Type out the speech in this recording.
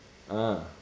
ah